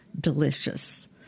delicious